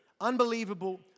Unbelievable